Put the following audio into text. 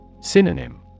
Synonym